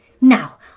Now